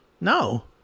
No